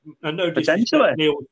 Potentially